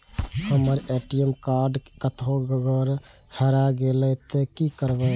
हमर ATM card कतहो अगर हेराय गले ते की करबे?